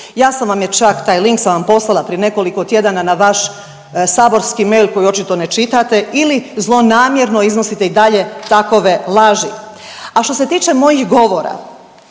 ja sam vam je čak, taj link sam vam poslala prije nekoliko tjedana na vaš saborski mail koji očito ne čitate ili zlonamjerno iznosite i dalje takove laži. A što se tiče mojih govora,